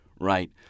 Right